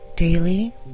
Daily